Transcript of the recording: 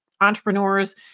entrepreneurs